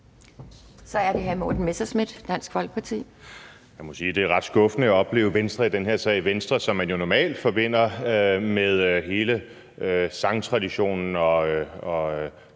Kl. 10:19 Morten Messerschmidt (DF): Jeg må sige, det er ret skuffende at opleve Venstre i den her sag – Venstre, som man jo normalt forbinder med hele sangtraditionen,